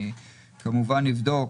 אני כמובן אבדוק.